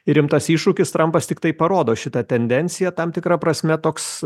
rimtas iššūkis trampas tiktai parodo šitą tendenciją tam tikra prasme toks